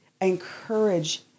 encourage